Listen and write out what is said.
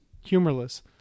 humorless